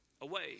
away